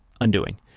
Undoing